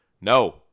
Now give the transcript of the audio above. No